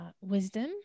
wisdom